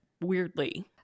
weirdly